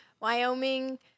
Wyoming